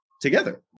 together